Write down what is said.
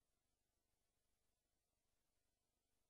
ולמה